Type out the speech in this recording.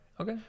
Okay